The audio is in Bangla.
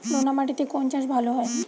নোনা মাটিতে কোন চাষ ভালো হয়?